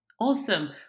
Awesome